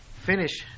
finish